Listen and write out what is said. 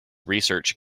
research